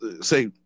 say